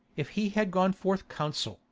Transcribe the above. if he had gone forth consul,